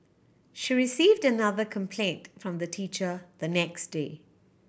she received another complaint from the teacher the next day